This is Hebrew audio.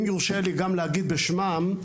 אם יורשה לי גם להגיד בשמן,